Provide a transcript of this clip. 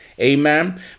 Amen